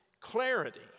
clarity